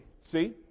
See